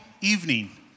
evening